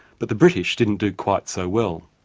but the british didn't do quite so well.